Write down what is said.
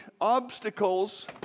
obstacles